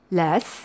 less